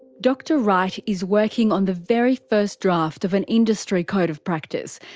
dr wright is working on the very first draft of an industry code of practice.